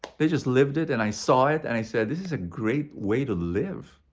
they just lived it and i saw it. and i said, this is a great way to live!